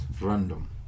random